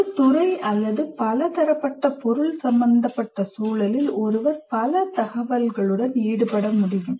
ஒரு துறை அல்லது பல தரப்பட்ட பொருள் சம்பந்தப்பட்ட சூழலில் ஒருவர் பல தகவல்களுடன் ஈடுபட முடியும்